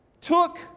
took